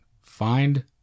find